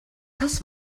das